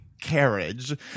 carriage